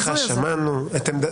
שמענו את הצהרת הפתיחה.